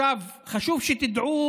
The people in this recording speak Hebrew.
חשוב שתדעו